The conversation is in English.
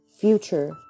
future